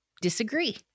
disagree